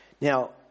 Now